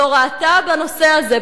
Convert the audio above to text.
לא ראתה בנושא הזה,